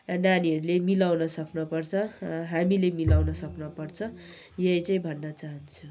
नानीहरूले मिलाउन सक्नुपर्छ हामीले मिलाउन सक्न पर्छ यही चाहिँ भन्न चाहन्छु